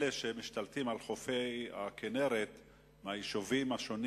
אלה שמשתלטים על חופי הכינרת מהיישובים השונים